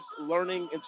learning